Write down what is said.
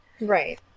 Right